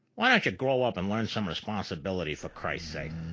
why don't you grow up and learn some responsibility for christ's sake.